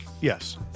yes